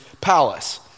palace